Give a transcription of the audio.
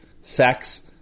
sex